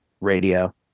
radio